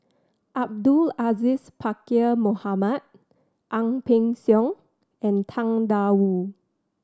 Abdul Aziz Pakkeer Mohamed Ang Peng Siong and Tang Da Wu